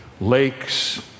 lakes